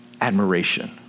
admiration